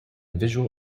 visual